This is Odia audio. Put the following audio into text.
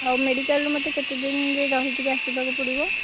ଆଉ ମେଡ଼ିକାଲ୍ରୁ ମୋତେ କେତେଦିନ ରହିକରି ଆସିବାକୁ ପଡ଼ିବ